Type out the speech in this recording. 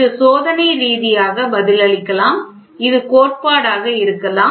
இது சோதனை ரீதியாக பதிலளிக்கலாம் இது கோட்பாடாக இருக்கலாம்